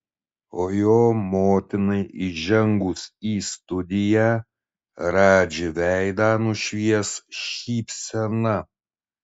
o jo motinai įžengus į studiją radži veidą nušvies šypsena